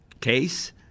case